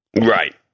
Right